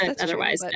Otherwise